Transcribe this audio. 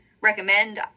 recommend